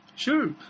Sure